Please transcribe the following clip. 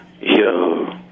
Yo